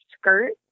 skirt